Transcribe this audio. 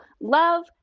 love